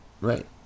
Right